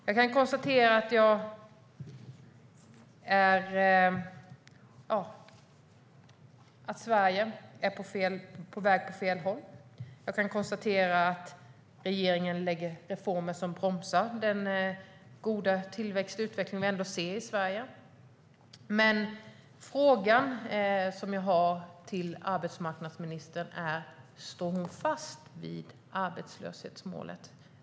Jag kan konstatera att Sverige är på väg åt fel håll, och jag kan konstatera att regeringen lägger fram reformer som bromsar den goda tillväxt och utveckling vi ändå ser i Sverige. Frågan jag har till arbetsmarknadsministern är: Står hon fast vid arbetslöshetsmålet?